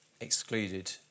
excluded